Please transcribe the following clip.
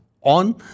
on